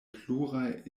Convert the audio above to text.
pluraj